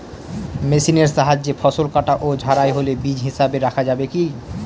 মেশিনের সাহায্যে ফসল কাটা ও ঝাড়াই হলে বীজ হিসাবে রাখা যাবে কি?